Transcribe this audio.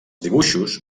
dibuixos